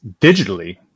digitally